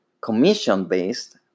commission-based